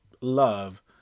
love